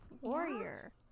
warrior